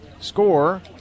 score